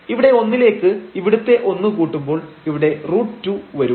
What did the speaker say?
ഇവിടെ 1 ലേക്ക് ഇവിടുത്തെ 1 കൂട്ടുമ്പോൾ ഇവിടെ √2 വരും